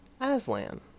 Aslan